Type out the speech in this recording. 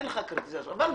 אין לך כרטיסי אשראי, אבל מה?